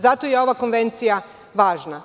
Zato je ova konvencija važna.